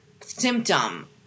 symptom